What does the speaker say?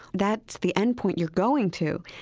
that's the end point you're going to.